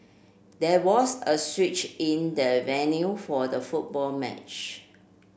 there was a switch in the venue for the football match